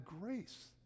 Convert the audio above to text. grace